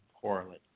poorly